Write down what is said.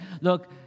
look